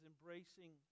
embracing